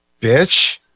Bitch